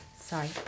Sorry